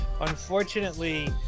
unfortunately